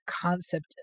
concept